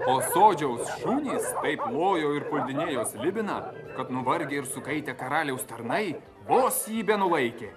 o sodžiaus šunys taip lojo ir puldinėjo slibiną kad nuvargę ir sukaitę karaliaus tarnai vos jį benulaikė